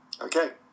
okay